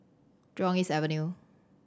Jurong East Avenue